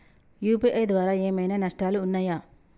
UPI ద్వారా ఏమైనా నష్టాలు ఉన్నయా?